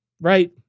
Right